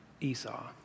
Esau